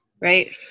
Right